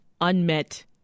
unmet